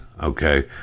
Okay